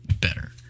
better